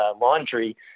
laundry